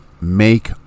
make